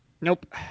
Nope